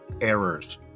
errors